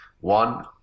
one